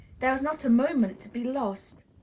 there was not a moment to be lost.